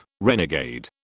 Renegade